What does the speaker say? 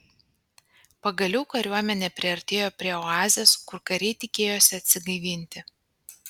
pagaliau kariuomenė priartėjo prie oazės kur kariai tikėjosi atsigaivinti